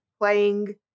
playing